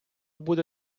буде